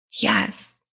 Yes